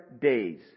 days